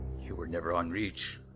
you were never on reach,